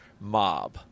mob